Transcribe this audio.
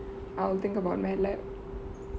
I will think about mad lab